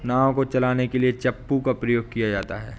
नाव को चलाने के लिए चप्पू का प्रयोग किया जाता है